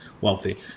wealthy